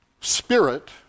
spirit